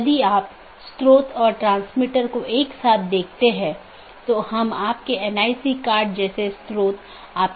कुछ और अवधारणाएं हैं एक राउटिंग पॉलिसी जो महत्वपूर्ण है जोकि नेटवर्क के माध्यम से डेटा पैकेट के प्रवाह को बाधित करने वाले नियमों का सेट है